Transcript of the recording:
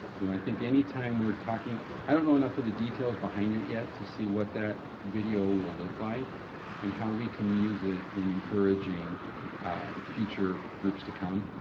you know i think anytime we're talking i don't know enough of the details behind it yet to see what that video will look like and how we can use it in encouraging future groups to come.